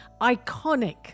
iconic